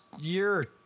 year